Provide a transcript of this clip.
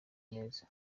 neza